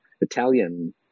Italian